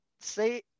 say